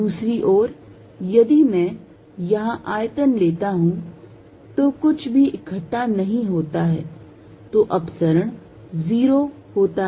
दूसरी ओर यदि मैं यहां आयतन लेता हूं तो कुछ भी इकट्ठा नहीं होता है तो अपसरण 0 होता है